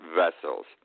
vessels